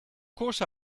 course